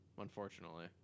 unfortunately